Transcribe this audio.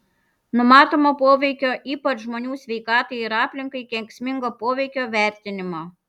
numatomo poveikio ypač žmonių sveikatai ir aplinkai kenksmingo poveikio vertinimo